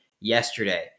yesterday